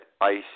ICE